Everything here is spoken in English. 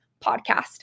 podcast